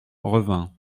revin